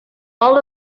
all